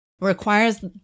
requires